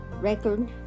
record